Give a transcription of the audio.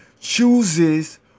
chooses